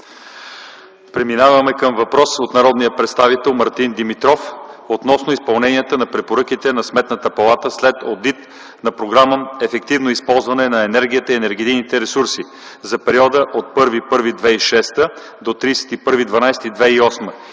Преминаваме към въпрос от народния представител Мартин Димитров относно изпълненията на препоръките на Сметната палата след одита на Програма „Ефективно използване на енергията и енергийните ресурси за периода от 1.01.2006 г. до 31.12.2008